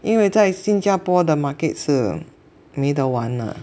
因为在新加坡的 market 是没得玩的